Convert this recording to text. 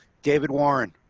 david, warren.